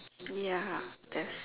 ya that's